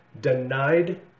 denied